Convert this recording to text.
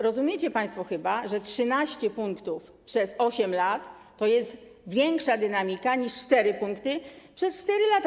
Rozumiecie państwo, że 13 punktów przez 8 lat to jest większa dynamika niż 4 punkty przez 4 lata.